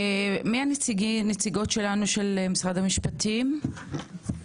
נציג משרד המשפטים, בבקשה.